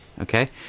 Okay